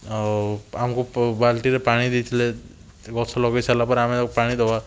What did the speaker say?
ଆଉ ଆମକୁ ବାଲ୍ଟିରେ ପାଣି ଦେଇଥିଲେ ଗଛ ଲଗାଇ ସାରିଲା ପରେ ଆମେ ଆଉ ପାଣି ଦବା